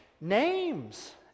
Names